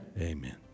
Amen